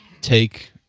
Take